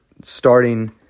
starting